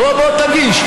בוא תגיש.